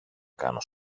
κάνω